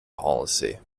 policy